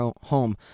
home